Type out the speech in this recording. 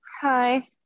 Hi